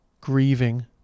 grieving